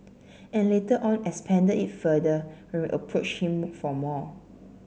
and later on expanded it further when we approached him for more